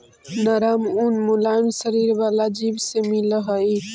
नरम ऊन मुलायम शरीर वाला जीव से मिलऽ हई